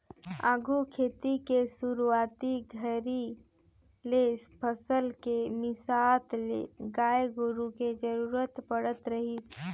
आघु खेती के सुरूवाती घरी ले फसल के मिसात ले गाय गोरु के जरूरत पड़त रहीस